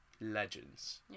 legends